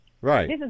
Right